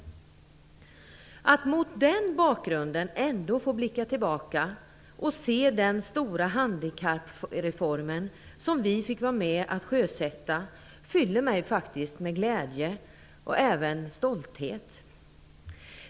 Att mot den bakgrunden ändå få blicka tillbaka och se den stora handikappreformen, som vi fick vara med om att sjösätta, fyller mig faktiskt med glädje och även med stolthet.